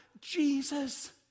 Jesus